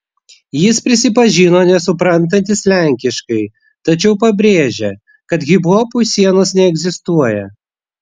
jis prisipažino nesuprantantis lenkiškai tačiau pabrėžė kad hiphopui sienos neegzistuoja